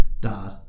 Dad